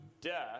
death